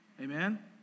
Amen